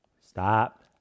stop